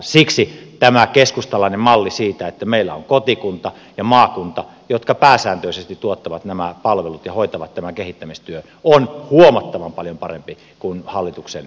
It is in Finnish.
siksi tämä keskustalainen malli siitä että meillä on kotikunta ja maakunta jotka pääsääntöisesti tuottavat nämä palvelut ja hoitavat tämän kehittämistyön on huomattavan paljon parempi kuin hallituksen suunnittelema kuntauudistus